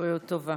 בריאות טובה.